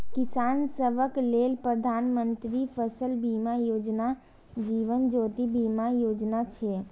किसान सभक लेल प्रधानमंत्री फसल बीमा योजना, जीवन ज्योति बीमा योजना छै